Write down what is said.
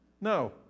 no